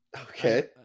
Okay